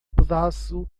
pedaço